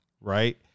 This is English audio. Right